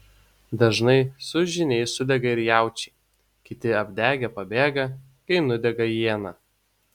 dažnai su žyniais sudega ir jaučiai kiti apdegę pabėga kai nudega iena